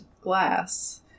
glass